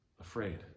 afraid